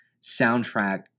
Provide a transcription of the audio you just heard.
soundtrack